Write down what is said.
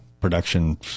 production